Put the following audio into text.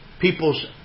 people's